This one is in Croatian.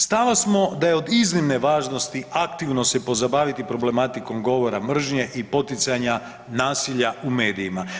Stava smo da je od iznimne važnosti aktivno se pozabaviti problematikom govora mržnje i poticanja nasilja u medijima.